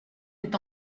est